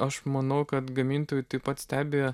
aš manau kad gamintojai taip pat stebi